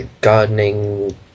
gardening